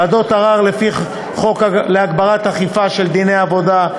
12. ועדות ערר לפי חוק להגברת האכיפה של דיני העבודה,